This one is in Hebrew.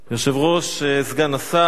יושב-ראש, סגן השר,